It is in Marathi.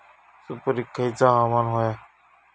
सुपरिक खयचा हवामान होया?